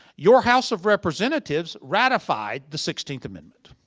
your house of representatives ratified the sixteenth amendment.